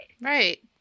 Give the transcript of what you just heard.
Right